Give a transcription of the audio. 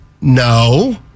No